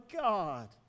God